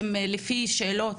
לפי השאלות